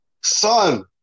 son